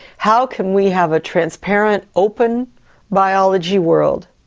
how can we have a transparent, open biology world,